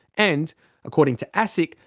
and according to asic,